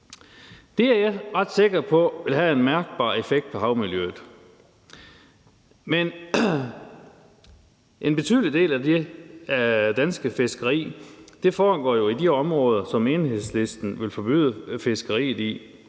Det er jeg ret sikker på vil have en mærkbar effekt på havmiljøet. En betydelig del af det danske fiskeri foregår jo i de områder, som Enhedslisten vil forbyde fiskeri i,